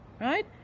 Right